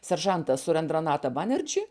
seržantą surendranatą banerdžį